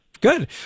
good